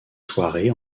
soirées